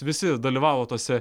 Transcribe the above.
visi dalyvavo tose